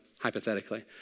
hypothetically